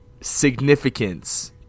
Significance